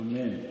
אמן.